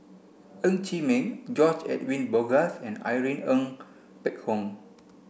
Ng Chee Meng George Edwin Bogaars and Irene Ng Phek Hoong